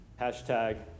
Hashtag